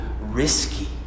risky